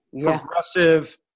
progressive